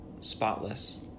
spotless